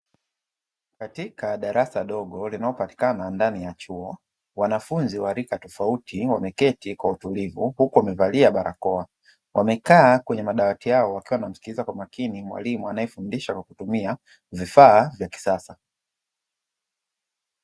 Katika darasa dogo linaopatikana ndani ya chuo, wanafunzi wa rika tofauti wameketi kwa utulivu, huku wamevalia barakoa. Wamekaa kwenye madawati yao wakiwa wanamsikiliza kwa makini mwalimu anyefundisha kwa kutumia vifaa vya kisasa.